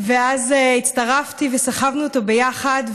ואז הצטרפתי וסחבנו אותו ביחד.